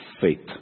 faith